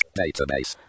database